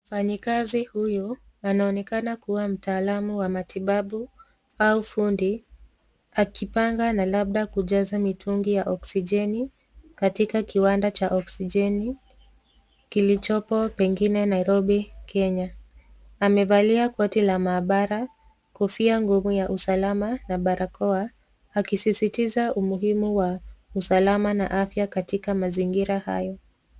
Mfanyikazi huyu anaonekana kuwa mtaalamu wa matibabu au fundi akipanga na labda kujaza mitungi ya oksijeni katika kiwanda cha oksijeni kilichopo prngine Nairobi Kenya. Amevalia koti la maabara, kofia ngumu la usalama na barakoa akisisitiza umuhimu wa usalama na afya katika mazingira hayo.